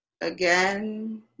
again